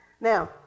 Now